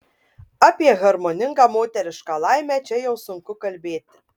apie harmoningą moterišką laimę čia jau sunku kalbėti